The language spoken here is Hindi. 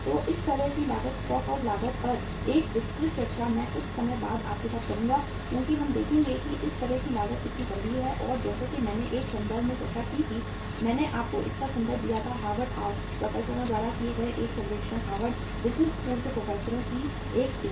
तो इस तरह की लागत स्टॉक आउट लागत पर एक विस्तृत चर्चा मैं कुछ समय बाद आपके साथ करूंगा क्योंकि हम देखेंगे कि इस तरह की लागत कितनी गंभीर है और जैसा कि मैंने एक संदर्भ में चर्चा की थी मैंने आपको इसका संदर्भ दिया था हार्वर्ड प्रोफेसरों द्वारा किए गए एक सर्वेक्षण हार्वर्ड बिजनेस स्कूल के प्रोफेसरों की एक टीम